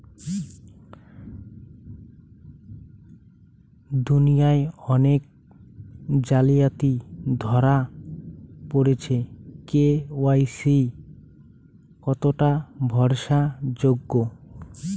দুনিয়ায় অনেক জালিয়াতি ধরা পরেছে কে.ওয়াই.সি কতোটা ভরসা যোগ্য?